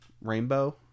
rainbow